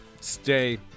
stay